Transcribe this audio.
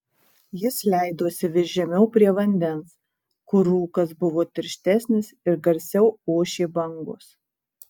jis leidosi vis žemiau prie vandens kur rūkas buvo tirštesnis ir garsiau ošė bangos